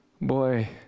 Boy